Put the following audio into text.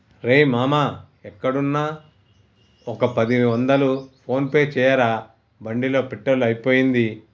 రేయ్ మామా ఎక్కడున్నా ఒక పది వందలు ఫోన్ పే చేయరా బండిలో పెట్రోల్ అయిపోయింది